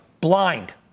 blind